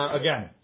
again